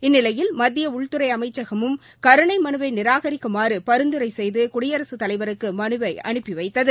இந்நிலையில் மத்தியஉள்துறைஅமைச்சகமும் கருணைமலுவைநிராகரிக்குமாறுபரிந்துரைசெய்துகுடியரசுத் தலைவருக்குமலுவைஅனுப்பிவைத்தது